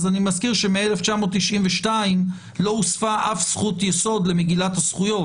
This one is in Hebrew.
אז אני מזכיר שמ-1992 לא הוספה אף זכות יסוד למגילת הזכויות.